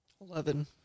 Eleven